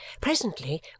presently